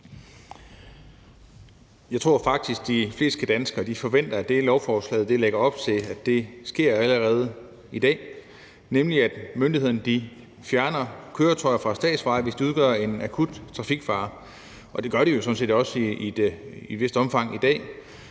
Jeg tror faktisk, at de fleste danskere forventer, at det, lovforslaget lægger op til, allerede sker i dag, nemlig at myndighederne fjerner køretøjer fra statsvejene, hvis de udgør en akut trafikfare. Det gør de jo sådan set også i et vist omfang i dag.